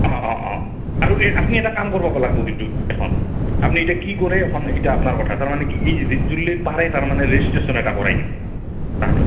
অঁ অঁ অঁ আৰু এই আপুনি এটা কাম কৰিব লাগিব কিন্তু এখন আপুনি এতিয়া কি কৰে এখন সিতা আপোনাৰ কথা তাৰমানে কি এই যদি পাৰে তাৰমানে ৰেজিষ্ট্ৰেশ্যন এটা কৰাই দিব তাহাঁতক